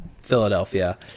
Philadelphia